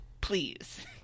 please